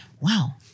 Wow